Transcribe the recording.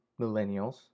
millennials